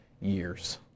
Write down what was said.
years